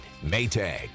Maytag